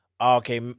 okay